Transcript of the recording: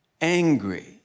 angry